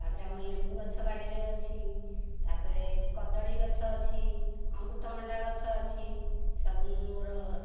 ତାପରେ ଆମର ଲେମ୍ବୁଗଛ ବାଡ଼ିରେ ଅଛି ତାପରେ କଦଳି ଗଛ ଅଛି ଅମୃତଭଣ୍ଡା ଗଛ ଅଛି ସବୁ ମୁଁ ମୋର